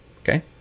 okay